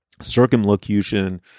circumlocution